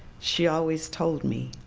she always told me,